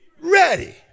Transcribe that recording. ready